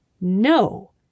No